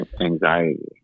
anxiety